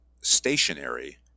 stationary